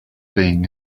being